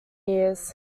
years